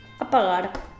apagar